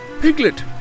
Piglet